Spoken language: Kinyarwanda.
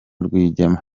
rwigema